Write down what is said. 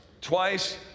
twice